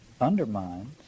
undermines